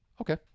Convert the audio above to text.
okay